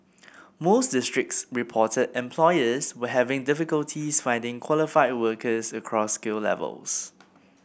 most districts reported employers were having difficulties finding qualified workers across skill levels